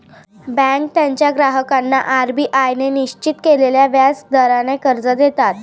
बँका त्यांच्या ग्राहकांना आर.बी.आय ने निश्चित केलेल्या व्याज दराने कर्ज देतात